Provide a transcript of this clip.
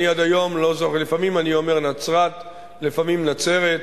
אני עד היום לפעמים אומר "נצְרת" ולפעמים "נצֶרת".